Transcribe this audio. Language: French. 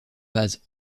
base